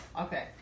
Okay